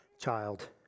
child